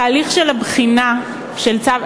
תהליך הבחינה של הצו,